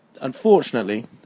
unfortunately